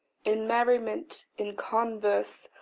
in merriment, in converse,